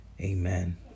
amen